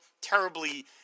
terribly